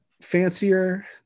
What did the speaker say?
Fancier